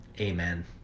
Amen